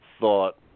thought